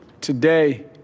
Today